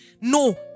No